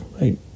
right